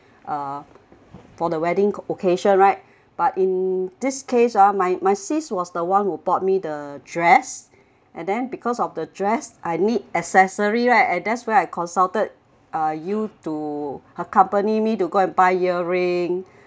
uh for the wedding occasion right but in this case ah my my sis was the one who bought me the dress and then because of the dress I need accessory right and that's where I consulted uh you to accompany me to go and buy earring